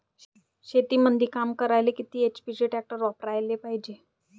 शेतीमंदी काम करायले किती एच.पी चे ट्रॅक्टर वापरायले पायजे?